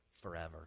forever